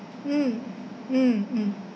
mm mm mm mm